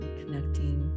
connecting